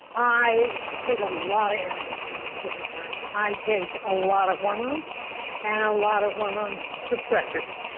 i take a lot of antihistamines, different kinds. i take a lot of hormones and a lot of hormone suppressors.